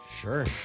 Sure